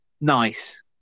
nice